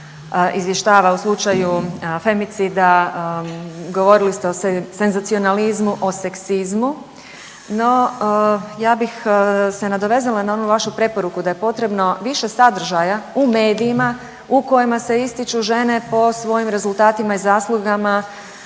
izvještava u slučaju femicida, govorili ste o senzacionalizmu, o seksizmu, no ja bih se nadovezala na onu vašu preporuku da je potrebno više sadržaja u medijima u kojima se ističu žene po svojim rezultatima i zaslugama